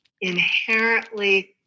inherently